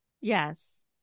Yes